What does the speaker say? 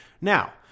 Now